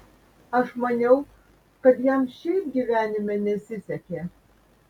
aš maniau kad jam šiaip gyvenime nesisekė